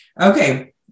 Okay